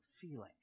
feeling